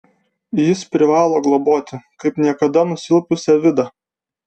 jis privalo globoti kaip niekada nusilpusią vidą